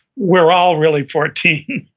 we're all really fourteen.